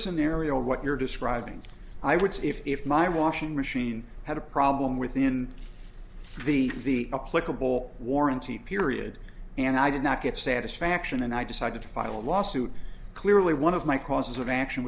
scenario what you're describing i would say if my washing machine had a problem within the a political warranty period and i did not get satisfaction and i decided to file a lawsuit clearly one of my causes of action